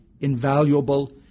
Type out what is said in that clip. invaluable